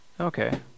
Okay